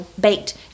baked